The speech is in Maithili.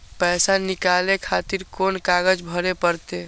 पैसा नीकाले खातिर कोन कागज भरे परतें?